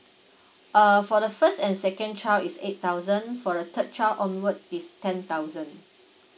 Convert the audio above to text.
uh for the first and second child is eight thousand for a third child onwards is ten thousand